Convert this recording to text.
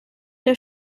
der